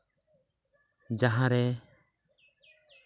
ᱡᱟᱦᱟᱸᱨᱮ